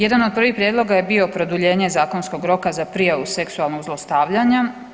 Jedan od prvih prijedloga je bio produljenje zakonskog roka za prijavu seksualnog zlostavljanja.